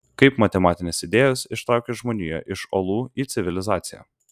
kaip matematinės idėjos ištraukė žmoniją iš olų į civilizaciją